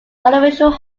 artificial